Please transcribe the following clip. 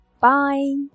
Bye